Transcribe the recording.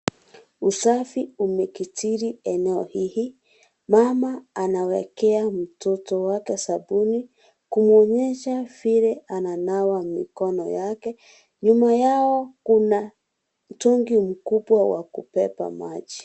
Usafi umekitirieneo hili, mama anawekea mtoto wake sabuni kumonyesha vile ananawa mikono yake , nyuma yao kuna mtungi mkubwa wa kubeba maji.